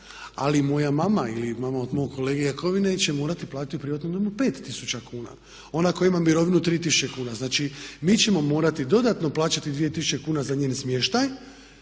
Ali moja mama ili mama od mojeg kolege Jakovine će morati platiti u privatnom domu 5000 kuna. Ona ako ima mirovinu 3000 kuna znači mi ćemo morati dodatno plaćati 2000 kuna za njen smještaj